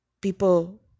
people